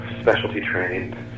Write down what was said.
specialty-trained